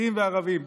נגד,